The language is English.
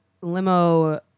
limo